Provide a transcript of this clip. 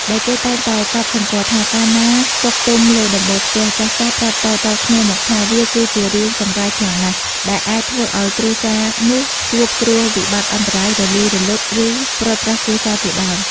ដោយគេតែងតែកត់សម្គាល់ថា កាលណាកុកទំលើដំបូលផ្ទះ ចាស់ៗប្រាប់តៗគ្នាមកថា វាគឺជារឿងចង្រៃខ្លាំងណាស់ ដែលអាចធ្វើឲ្យគ្រួសារនោះជួបគ្រោះវិបត្តិអន្តរាយ រលាយរលត់ ឬព្រាត់ប្រាសគ្រួសារជាដើម។